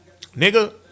nigga